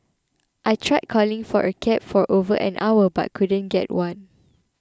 I tried calling for a cab for over an hour but couldn't get one